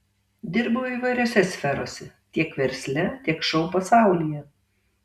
dirbau įvairiose sferose tiek versle tiek šou pasaulyje